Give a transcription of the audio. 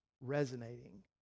resonating